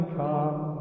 come